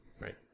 Right